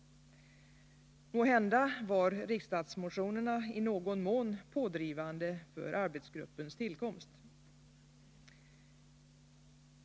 Måhända var riksdagsmotionen i någon mån pådrivande för arbetsgruppens tillkomst.